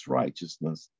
righteousness